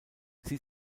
sie